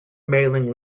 mailing